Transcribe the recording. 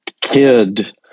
kid